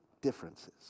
differences